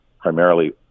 primarily